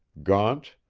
gaunt,